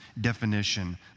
definition